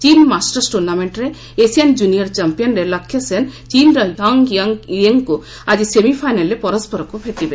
ଚୀନ ମାଷ୍ଟର୍ସ ଟୁର୍ଷ୍ଣାମେଣ୍ଟରେ Asian junior champion Lakshya Sen' ଚୀନର ହଙ୍ଗୟଙ୍ଗ୍ ୱେଙ୍ଗକୁ ଆଜି ସେମିଫାଇନାଲରେ ପରସରକୁ ଭେଟିବେ